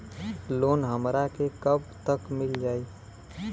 Loan हमरा के कब तक मिल जाई?